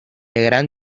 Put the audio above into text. gran